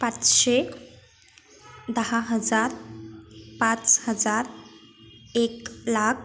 पाचशे एक दहा हजार पाच हजार एक लाख